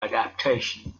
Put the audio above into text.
adaptation